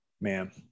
Man